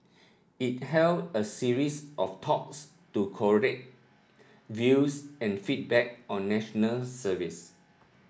it held a series of talks to collate views and feedback on National Service